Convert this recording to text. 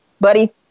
buddy